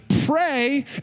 Pray